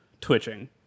twitching